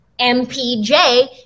MPJ